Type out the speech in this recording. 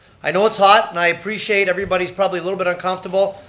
i know it's hot and i appreciate everybody's probably a little bit uncomfortable.